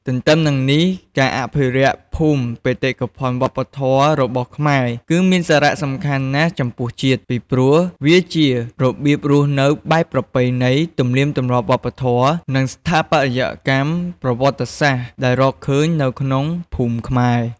ទន្ទឹមនឹងនេះ ការអភិរក្សភូមិបេតិកភណ្ឌវប្បធម៌របស់ខ្មែរ គឺមានសារៈសំខាន់ណាស់ចំពោះជាតិ ពីព្រោះវាជារបៀបរស់នៅបែបប្រពៃណី ទំនៀមទម្លាប់វប្បធម៌ និងស្ថាបត្យកម្មប្រវត្តិសាស្ត្រដែលរកឃើញនៅក្នុងភូមិខ្មែរ។